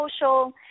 social